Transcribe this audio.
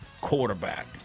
quarterback